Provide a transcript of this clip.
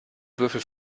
würfel